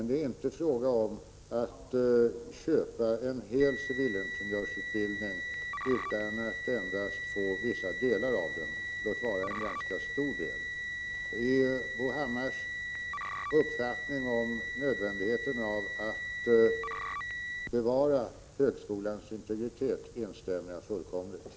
Det är inte fråga om att köpa en hel civilingenjörsutbildning, utan det gäller endast att få vissa delar av den, låt vara ganska stora delar. I Bo Hammars uppfattning om nödvändigheten av att bevara högskolans integritet instämmer jag fullkomligt.